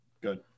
good